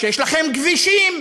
שיש לכם כבישים,